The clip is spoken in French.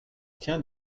tiens